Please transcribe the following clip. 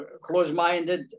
close-minded